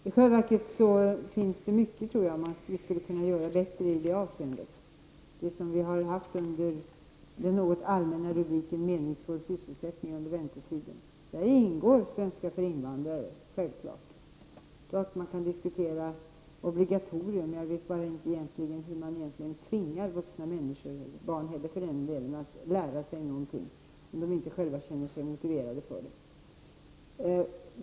I själva verket tror jag att det finns mycket som vi skulle kunna göra bättre i detta avseende när det gäller det som vi har haft under den något allmänna rubriken meningsfull sysselsättning under väntetiden. Där ingår naturligtvis svenska för invandrare. Det är klart att man kan diskutera ett obligatorium. Men jag vet inte hur man skall kunna tvinga vuxna människor och även barn att lära sig något om de själva inte känner sig motiverade för det.